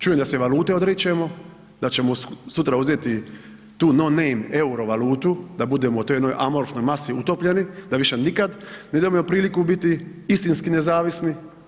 Čujem da se i valute odričemo, da ćemo sutra uzeti tu no name euro valuto da budemo u toj jednoj amorfnoj masi utopljeni, da više nikad nemamo priliku biti istinski nezavisni.